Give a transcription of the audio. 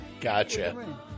Gotcha